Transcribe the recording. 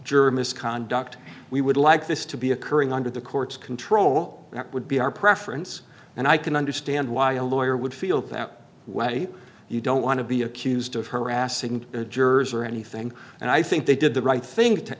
juror misconduct we would like this to be occurring under the court's control and it would be our preference and i can understand why a lawyer would feel that way you don't want to be accused of harassing and jurors or anything and i think they did the right thing to